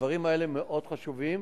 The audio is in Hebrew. הדברים האלה מאוד חשובים,